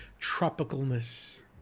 tropicalness